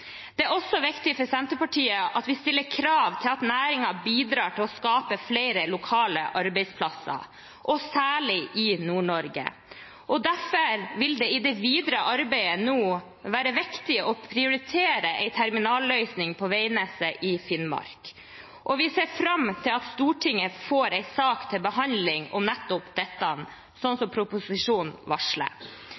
er det også viktig at vi stiller krav om at næringen bidrar til å skape flere lokale arbeidsplasser, særlig i Nord-Norge. Derfor vil det nå i det videre arbeidet være viktig å prioritere en terminalløsning på Veidnes i Finnmark. Vi ser fram til at Stortinget får en sak til behandling om nettopp dette,